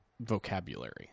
vocabulary